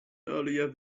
earlier